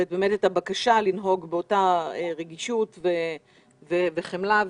את הבקשה לנהוג באותה רגישות וחמלה,